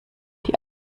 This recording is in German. die